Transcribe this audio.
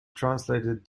translated